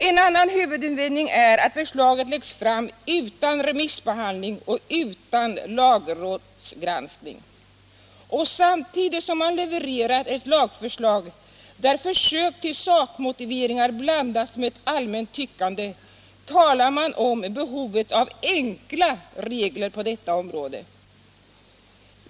En annan huvudinvändning är att förslaget läggs fram utan remissbehandling och utan lagrådsgranskning. Samtidigt som man levererar ett lagförslag där försök till sakmotiveringar blandas med ett allmänt tyckande talar man om behov av enkla regler på detta område.